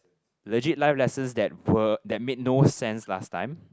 legit life lessons that were that made no sense last time